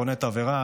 עפיפוני תבערה,